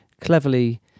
cleverly